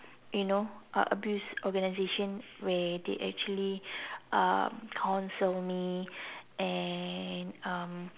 you know uh abuse organisation where they actually um counsel me and um